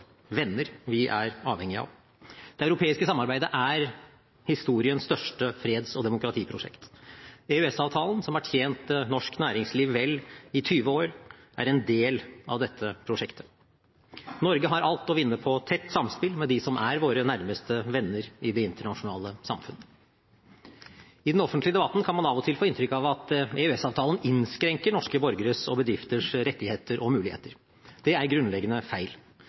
venner vi er avhengige av. Det europeiske samarbeidet er historiens største freds- og demokratiprosjekt. EØS-avtalen, som har tjent norsk næringsliv i vel 20 år, er en del av dette prosjektet. Norge har alt å vinne på tett samspill med dem som er våre nærmeste venner i det internasjonale samfunn. I den offentlige debatten kan man av og til få inntrykk av at EØS-avtalen innskrenker norske borgeres og bedrifters rettigheter og muligheter. Det er grunnleggende feil.